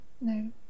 no